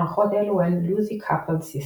מערכות אלו הן Loosely coupled system